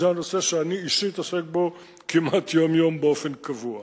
זה הנושא שאני אישית עוסק בו כמעט יום-יום באופן קבוע.